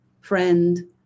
friend